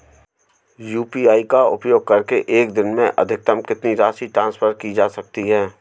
UPI का उपयोग करके एक दिन में अधिकतम कितनी राशि ट्रांसफर की जा सकती है?